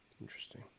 Interesting